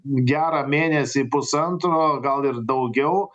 gerą mėnesį pusantro gal ir daugiau